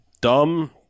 dumb